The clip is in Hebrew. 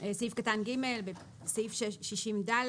(ג)בסעיף 60ד,